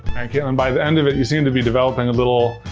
katelyn, by the end of it, you seem to be developing a little,